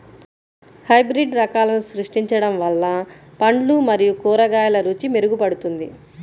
hybrid రకాలను సృష్టించడం వల్ల పండ్లు మరియు కూరగాయల రుచి మెరుగుపడుతుంది